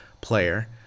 player